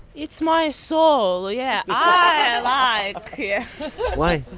it's my soul. yeah, i like yeah why?